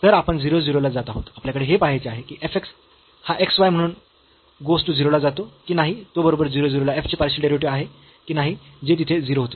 तर आपण 0 0 ला जात आहोत आपल्याला हे पहायचे आहे की f x हा x y म्हणून goes to 0 ला जातो की नाही तो बरोबर 0 0 ला f चे पार्शियल डेरिव्हेटिव्ह आहे की नाही जे तिथे 0 होते